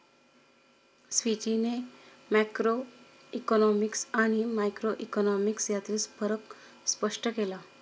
स्वीटीने मॅक्रोइकॉनॉमिक्स आणि मायक्रोइकॉनॉमिक्स यांतील फरक स्पष्ट केला